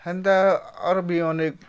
ହେନ୍ତା ଆର୍ ବି ଅନେକ୍